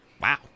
Wow